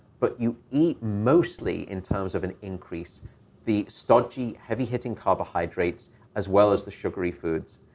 but you eat mostly in terms of an increase the starchy, heavy-hitting carbohydrates as well as the sugary foods.